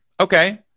Okay